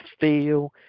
feel